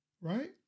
right